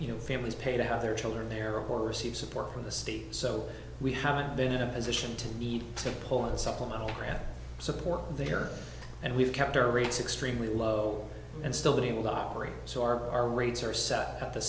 you know families pay to have their children there or receive support from the state so we haven't been in a position to need to pull in supplemental grant support there and we've kept our rates extremely low and still be able to operate so our our rates are set at the